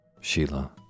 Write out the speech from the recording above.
Sheila